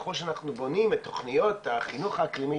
ככל שאנחנו בונים את תכניות החינוך האקלימי,